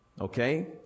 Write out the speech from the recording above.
Okay